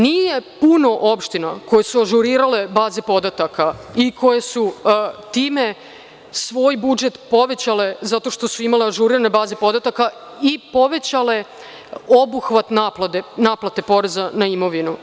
Nije puno opština koje su ažurirale baze podataka i koje su time svoj budžet povećale zato što su imale ažurirane baze podataka i povećale obuhvat naplate poreza na imovinu.